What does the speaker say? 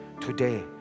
today